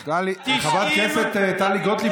חברת הכנסת טלי גוטליב,